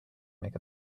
make